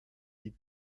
die